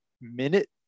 minute